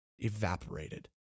evaporated